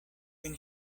vin